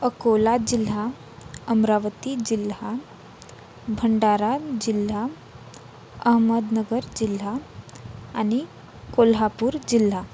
अकोला जिल्हा अमरावती जिल्हा भंडारा जिल्हा अहमदनगर जिल्हा आणि कोल्हापूर जिल्हा